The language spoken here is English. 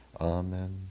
Amen